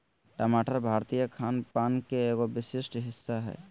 टमाटर भारतीय खान पान के एगो विशिष्ट हिस्सा हय